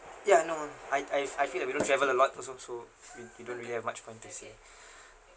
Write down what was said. ya no I I I feel like we don't travel a lot also so we we don't really have much fun this year